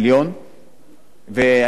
ואני חייב לציין שלפני,